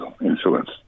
influence